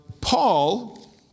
Paul